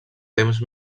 temps